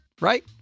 Right